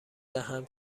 دهم